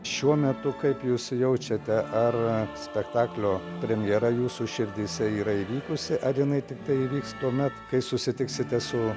šiuo metu kaip jūs jaučiate ar spektaklio premjera jūsų širdyse yra įvykusi ar jinai tiktai įvyks tuomet kai susitiksite su